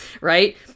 right